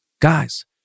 Guys